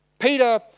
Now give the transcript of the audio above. Peter